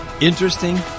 Interesting